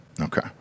Okay